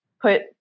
Put